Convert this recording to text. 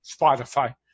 Spotify